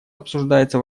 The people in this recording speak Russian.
обсуждается